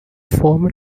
former